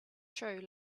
true